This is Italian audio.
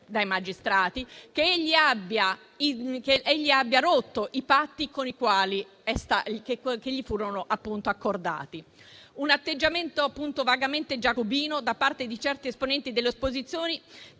dai magistrati che egli abbia rotto i patti che gli furono accordati. Ripeto, c'è un atteggiamento vagamente giacobino da parte di certi esponenti delle opposizioni